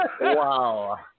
Wow